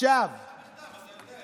אם שלחת מכתב, אתה יודע את זה.